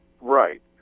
Right